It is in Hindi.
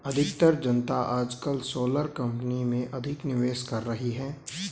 अधिकतर जनता आजकल सोलर कंपनी में अधिक निवेश कर रही है